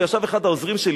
וישב אחד העוזרים שלי,